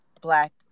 Black